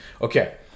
Okay